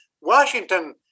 Washington